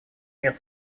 мир